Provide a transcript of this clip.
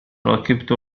ركبت